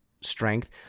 strength